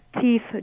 teeth